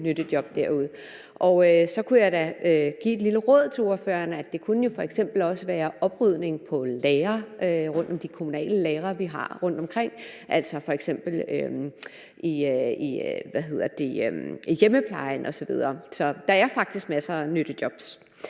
så kunne jeg da give et lille råd til ordføreren: Det kunne jo f.eks. også være oprydning på de kommunale lagre, vi har rundtomkring, altså i hjemmeplejen osv. Så der er faktisk masser af nyttejob.